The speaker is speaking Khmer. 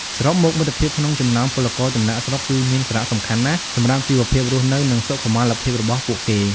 សរុបមក មិត្តភាពក្នុងចំណោមពលករចំណាកស្រុកគឺមានសារៈសំខាន់ណាស់សម្រាប់ជីវភាពរស់នៅ និងសុខុមាលភាពរបស់ពួកគេ ។